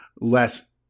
less